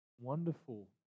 wonderful